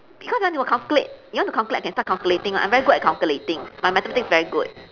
because you want to calculate you want to calculate I can start calculating one I'm very good at calculating my mathematics very good